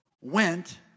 went